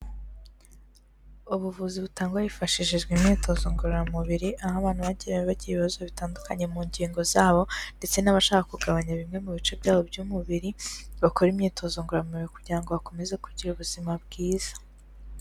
Ubuvuzi butangwa hifashishijwe imyitozo ngororamubiri, aho abantu bagiye bagira ibibazo bitandukanye mu ngingo zabo ndetse n'abashaka kugabanya bimwe mu bice byabo by'umubiri, bakora imyitozo ngororamubiri kugira ngo bakomeze kugira ubuzima bwiza.